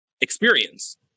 experience